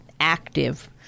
active